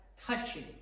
touching